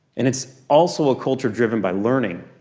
and it's also a culture driven by learning.